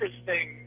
interesting